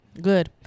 Good